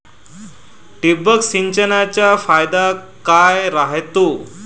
ठिबक सिंचनचा फायदा काय राह्यतो?